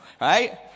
right